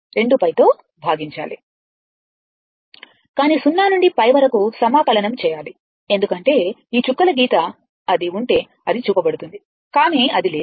2π తో భాగించాలి కానీ 0 నుండి π వరకు సమాకలనం చేయాలి ఎందుకంటే ఈ చుక్కల గీత అది ఉంటే అది చూపబడుతుంది కానీ అది లేదు